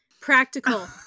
Practical